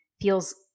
feels